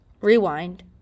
rewind